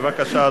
בבקשה,